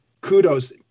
kudos